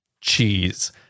cheese